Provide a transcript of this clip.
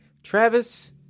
Travis